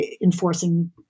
enforcing